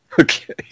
Okay